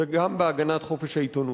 וגם בהגנת חופש העיתונות.